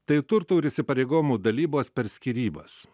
tai turtų ir įsipareigojimų dalybos per skyrybas